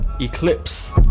eclipse